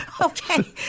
okay